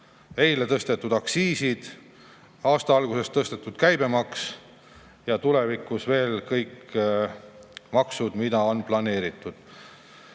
eile tõstetud aktsiisid, aasta alguses tõstetud käibemaks ja kõik tulevikus [tulevad] maksud, mis on planeeritud. Nii